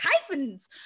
hyphens